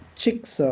chicks